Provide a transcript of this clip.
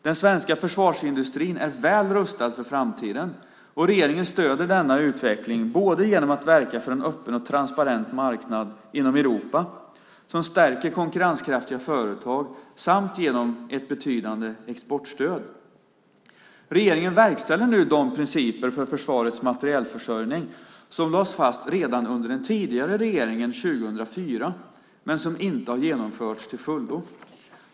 Den svenska försvarsindustrin är väl rustad för framtiden, och regeringen stöder denna utveckling både genom att verka för en öppen och transparent marknad inom Europa, som stärker konkurrenskraftiga företag, samt genom ett betydande exportstöd. Regeringen verkställer nu de principer för försvarets materielförsörjning som lades fast redan under den tidigare regeringen 2004 men som inte har genomförts till fullo.